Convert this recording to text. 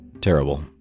Terrible